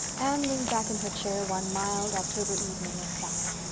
anne leaned back in her chair one mild october evening and sighed.